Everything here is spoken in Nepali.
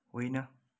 होइन